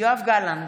יואב גלנט,